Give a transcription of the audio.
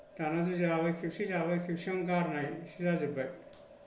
दाना जों जाबाय खेबसे जाबाय खेबसेयावनो गारनायसो जाजोबबाय